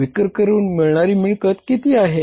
विक्री करून मिळणारी मिळकत किती आहे